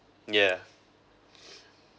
yeah